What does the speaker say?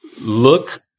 Look